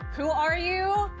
who are you?